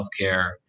healthcare